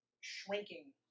shrinking